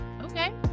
Okay